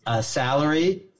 salary